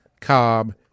Cobb